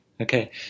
Okay